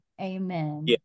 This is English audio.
Amen